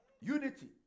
Unity